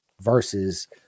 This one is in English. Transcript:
versus